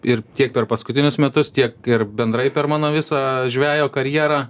ir tiek per paskutinius metus tiek ir bendrai per mano visą žvejo karjerą